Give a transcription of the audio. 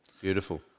beautiful